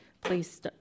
please